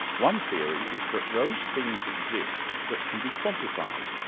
one theory is that those things exist that can be quantified.